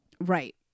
Right